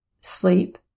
sleep